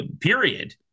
period